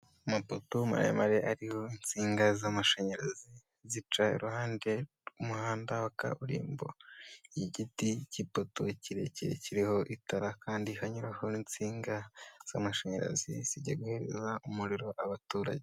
Amapoto muremare ariho insinga z'amashanyarazi, zica iruhande rw'umuhanda wa kaburimbo, igiti kipoto kirekire kiriho itara kandi hanyuraho n' insinga z'amashanyarazi zijya guhereza umuriro abaturage.